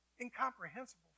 incomprehensible